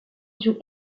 joue